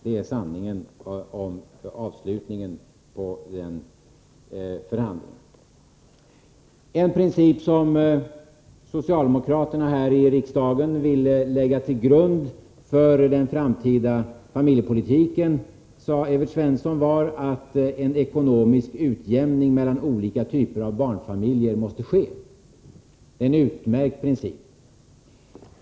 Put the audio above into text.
Det är sanningen om avslutningen av den förhandlingen. En princip som socialdemokraterna här i riksdagen vill lägga till grund för den framtida familjepolitiken är, sade Evert Svensson, ekonomisk utjämning mellan olika typer av barnfamiljer. Det är en utmärkt princip.